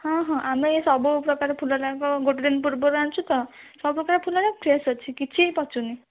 ହଁ ହଁ ଆମେ ଏ ସବୁ ପ୍ରକାର ଫୁଲ ତାଙ୍କ ଗୋଟେ ଦିନ୍ ପୂର୍ବରୁ ଆଣୁଛୁ ତ ସବୁ ପ୍ରକର ଫୁଲରେ ଫ୍ରେସ୍ ଅଛି କିଛି ବି ପଚୁନି